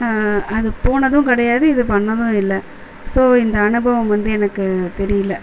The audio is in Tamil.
அது போனதும் கிடையாது இது பண்ணதும் இல்லை ஸோ இந்த அனுபவம் வந்து எனக்கு தெரியல